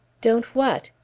don't what?